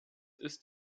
ist